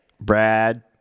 Brad